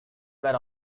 were